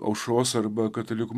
aušros arba katalikų